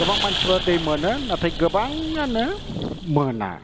गोबां मानसिफ्रा दै मोनो नाथाय गोबाङानो मोना